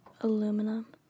aluminum